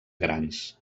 grans